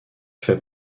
fait